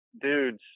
dudes